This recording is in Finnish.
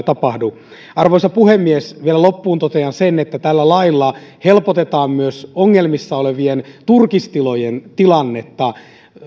tapahdu arvoisa puhemies vielä loppuun totean sen että tällä lailla helpotetaan myös ongelmissa olevien turkistilojen tilannetta